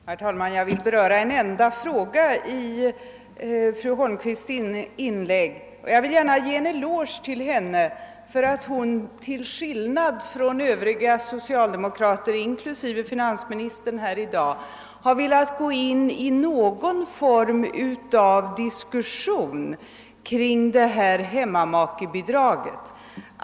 Herr talman! Jag vill bara beröra en enda fråga i fru Holmqvists inlägg. Jag vill gärna ge henne en eloge för att hon till skillnad från övriga socialdemokrater inklusive finansministern här i dag har velat gå in i någon form av diskussion kring hemmamakebidraget.